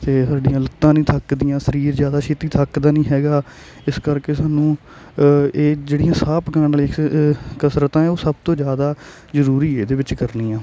ਅਤੇ ਸਾਡੀਆਂ ਲੱਤਾਂ ਨਹੀਂ ਥੱਕਦੀਆਂ ਸਰੀਰ ਜ਼ਿਆਦਾ ਛੇਤੀ ਥੱਕਦਾ ਨਹੀਂ ਹੈਗਾ ਇਸ ਕਰਕੇ ਸਾਨੂੰ ਇਹ ਜਿਹੜੀਆਂ ਸਾਹ ਪਕਾਉਣ ਵਾਲੀਆਂ ਕਸਰਤਾਂ ਆ ਉਹ ਸਭ ਤੋਂ ਜ਼ਿਆਦਾ ਜ਼ਰੂਰੀ ਹੈ ਇਹਦੇ ਵਿੱਚ ਕਰਨੀਆਂ